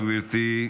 תודה רבה, גברתי.